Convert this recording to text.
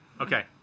okay